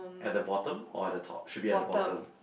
at the bottom or at the top should be at the bottom